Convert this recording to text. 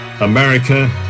America